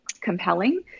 compelling